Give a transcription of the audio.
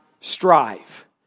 strive